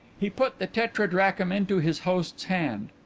he put the tetradrachm into his host's hand.